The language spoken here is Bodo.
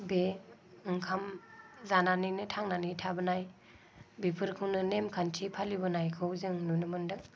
बे ओंखाम जानानैनो थांनानै थाबोनाय बेफोरखौनो नेमखान्थि फालिबोनायखौ जों नुनो मोनदों